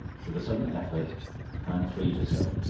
with a sudden effort anne freed herself.